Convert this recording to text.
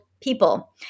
people